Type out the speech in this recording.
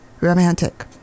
romantic